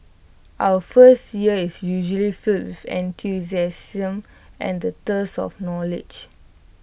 our first year is usually filled with enthusiasm and the thirst for knowledge